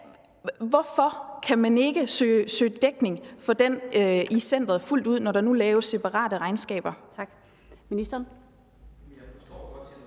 Hvorfor kan man ikke søge dækning fuldt ud for den i centeret, når der nu laves separate regnskaber?